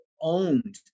owned